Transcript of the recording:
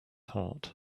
heart